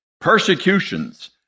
persecutions